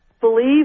believe